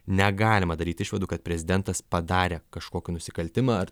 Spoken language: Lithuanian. negalima daryt išvadų kad prezidentas padarė kažkokį nusikaltimą ar